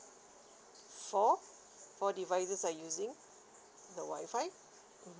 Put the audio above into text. four four devices are using the wifi mmhmm